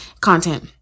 Content